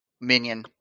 minion